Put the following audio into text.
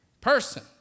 person